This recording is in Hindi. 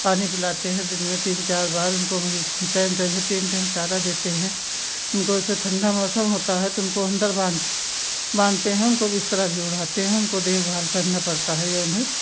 पानी पिलाते हैं दिन में तीन चार बार उनको हम टाइम टाइम से तीन टाइम चारा देते हैं उनको ऐसे ठंडा मौसम होता है तो उनको अंदर बाँध बाँधते हैं उनको बिस्तरा भी ओढ़ाते हैं उनको देखभाल करना पड़ता है और उन्हें